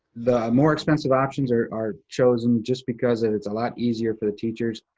the more expensive options are are chosen just because of it's a lot easier for the teachers.